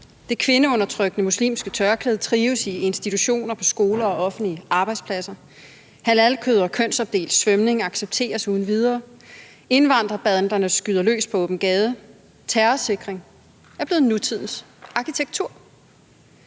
det kvindeundertrykkende muslimske tørklæde trives i institutioner, på skoler og på offentlige arbejdspladser; halalkød og kønsopdelt svømning accepteres uden videre; indvandrerbanderne skyder løs på åben gade; terrorsikring er blevet nutidens arkitektur;